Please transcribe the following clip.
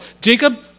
Jacob